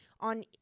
on